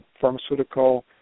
pharmaceutical